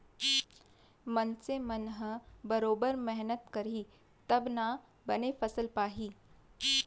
मनसे मन ह बरोबर मेहनत करही तब ना बने फसल पाही